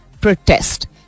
protest